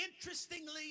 interestingly